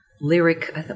lyric